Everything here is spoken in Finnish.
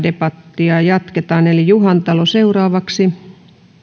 debattia jatketaan eli juhantalo seuraavaksi